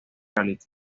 reality